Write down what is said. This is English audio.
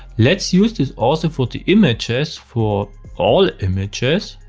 let's use this also for the images, for all images.